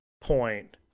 point